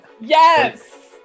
Yes